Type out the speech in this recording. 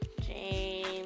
James